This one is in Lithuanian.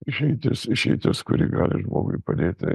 išeitis išeitis kuri gali žmogui padėti